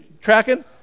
tracking